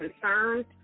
concerned